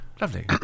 Lovely